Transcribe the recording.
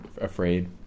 afraid